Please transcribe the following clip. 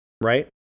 right